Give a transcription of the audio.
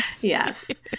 Yes